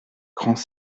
grands